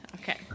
Okay